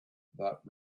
that